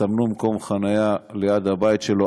שיסמנו מקום חניה ליד הבית שלו,